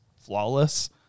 flawless